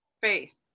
faith